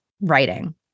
writing